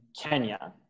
Kenya